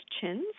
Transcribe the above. chins